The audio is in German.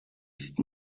ist